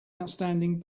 outstanding